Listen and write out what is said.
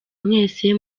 mwese